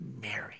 Mary